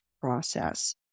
process